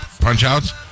punch-outs